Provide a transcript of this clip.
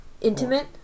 Intimate